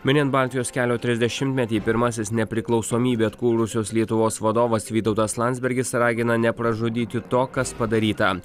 minint baltijos kelio trisdešimtmetį pirmasis nepriklausomybę atkūrusios lietuvos vadovas vytautas landsbergis ragina nepražudyti to kas padaryta